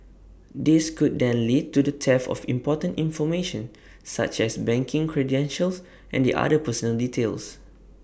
this could then lead to the theft of important information such as banking credentials and the other personal details